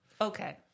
Okay